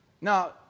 Now